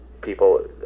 people